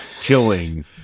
killing